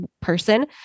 person